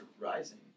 rising